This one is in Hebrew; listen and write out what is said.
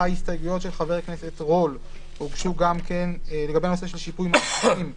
ההסתייגויות של חבר הכנסת רול: לגבי הנושא של שיפוי מעסיקים,